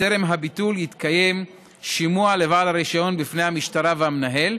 בטרם הביטול יתקיים שימוע לבעל הרישיון בפני המשטרה והמנהל,